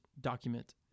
document